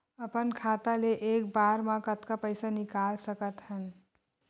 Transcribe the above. अपन खाता ले एक बार मा कतका पईसा निकाल सकत हन?